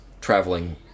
traveling